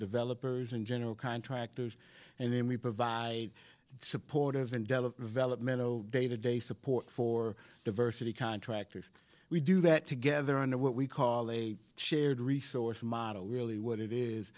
developers in general contractors and then we provide support of envelop developmental day to day support for diversity contractors we do that together under what we call a shared resource model really what it is